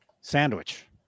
sandwich